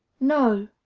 no,